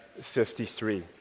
53